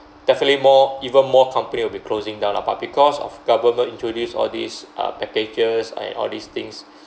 definitely more even more company will be closing down lah but because of government introduced all these uh packages and all these things